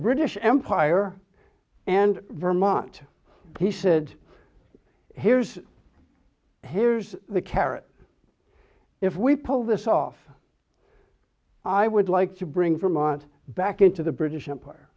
british empire and vermont he said here's here's the carrot if we pull this off i would like to bring for months back into the british empire